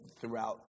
Throughout